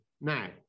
Now